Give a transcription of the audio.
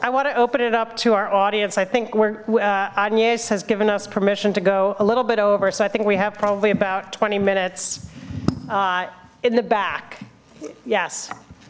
i want to open it up to our audience i think we're on yes has given us permission to go a little bit over so i think we have probably about twenty minutes in the back yes